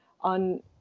on